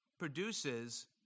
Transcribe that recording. produces